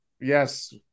Yes